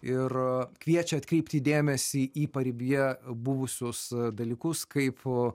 ir kviečia atkreipti dėmesį į paribyje buvusius dalykus kaip